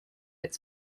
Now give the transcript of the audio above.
its